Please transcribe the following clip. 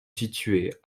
situé